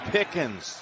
Pickens